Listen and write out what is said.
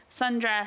sundress